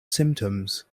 symptoms